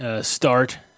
start